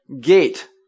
gate